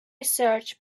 search